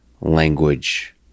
language